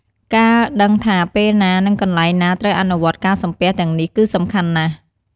ការដឹងថាពេលណា និងកន្លែងណាត្រូវអនុវត្តការសំពះទាំងនេះគឺសំខាន់ណាស់។